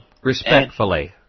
Respectfully